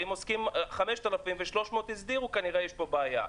ואם עוסקים 5,000 ו-300 הסדירו, כנראה יש פה בעיה.